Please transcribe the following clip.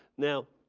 now,